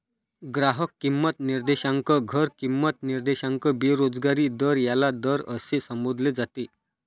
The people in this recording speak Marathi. ग्राहक किंमत निर्देशांक, घर किंमत निर्देशांक, बेरोजगारी दर याला दर असे संबोधले जाते